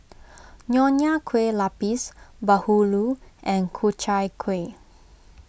Nonya Kueh Lapis Bahulu and Ku Chai Kueh